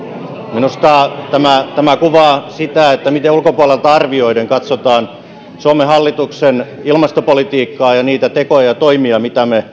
minusta tämä tämä kuvaa sitä miten ulkopuolelta arvioiden katsotaan suomen hallituksen ilmastopolitiikkaa ja niitä tekoja ja toimia mitä me